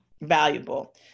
valuable